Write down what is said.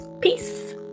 peace